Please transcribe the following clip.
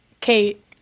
Kate